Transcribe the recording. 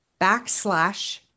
backslash